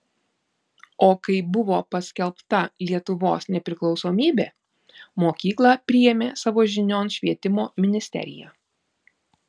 o kai buvo paskelbta lietuvos nepriklausomybė mokyklą priėmė savo žinion švietimo ministerija